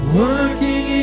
working